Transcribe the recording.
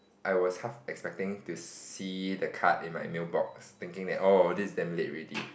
I was half expecting to see the card in my mailbox thinking that oh this is damn late already